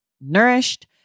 nourished